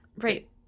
Right